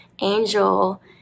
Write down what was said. angel